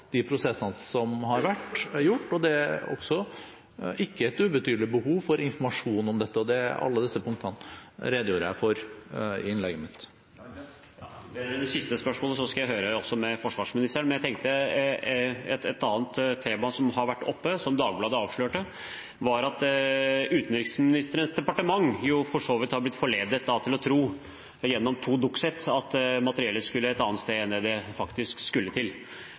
de prosessene som har vært, og det er et ikke ubetydelig behov for informasjon om dette. Alle disse punktene redegjorde jeg for i innlegget mitt. Vedrørende det siste spørsmålet skal jeg også høre med forsvarsministeren. Et annet tema som har vært oppe, som Dagbladet avslørte, er at utenriksministerens departement har blitt forledet til å tro, gjennom to dokument-sett, at materiellet skulle til et annet sted enn det faktisk skulle. Har utenriksministeren gjort seg noen refleksjoner om den måten man har blitt lurt på av et sideordnet departement, og blitt forledet til